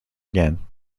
again